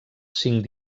cinc